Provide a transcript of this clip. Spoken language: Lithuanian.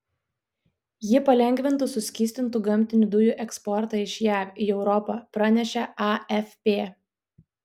ji palengvintų suskystintų gamtinių dujų eksportą iš jav į europą pranešė afp